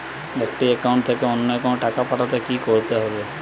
একটি একাউন্ট থেকে অন্য একাউন্টে টাকা পাঠাতে কি করতে হবে?